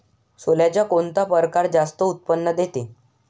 सोल्याचा कोनता परकार जास्त उत्पन्न देते?